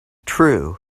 true